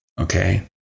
Okay